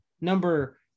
number